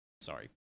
Sorry